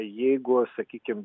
jeigu sakykim